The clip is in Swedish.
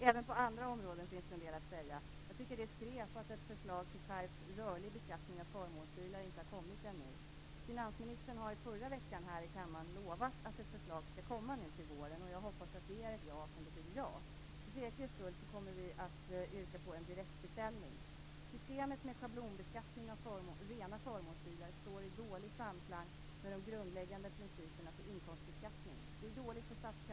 Även på andra områden finns det en del att säga. Jag tycker att det är skräp att ett förslag till skärpt, rörlig beskattning av förmånsbilar inte har kommit ännu. Finansministern har i förra veckan här i kammaren lovat att ett förslag skall komma till våren. Jag hoppas att det är ett ja som betyder ja. För säkerhets skull kommer vi att yrka på en direkt beställning. Systemet med schablonbeskattning av rena förmånsbilar står i dålig samklang med de grundläggande principerna för inkomstbeskattning. Det är dåligt för statskassan.